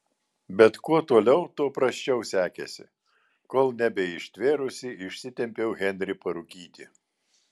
bet kuo toliau tuo prasčiau sekėsi kol nebeištvėrusi išsitempiau henrį parūkyti